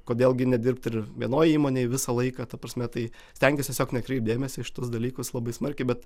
kodėl gi nedirbt ir vienoj įmonėj visą laiką ta prasme tai stengtis tiesiog nekreipt dėmesio į šitus dalykus labai smarkiai bet